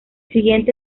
siguiente